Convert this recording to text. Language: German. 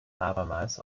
abermals